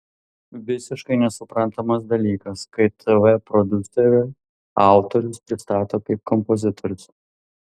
visiškai nesuprantamas dalykas kai tv prodiuseriai autorius pristato kaip kompozitorius